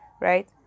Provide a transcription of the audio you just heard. right